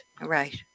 Right